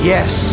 Yes